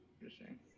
Interesting